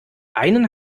einen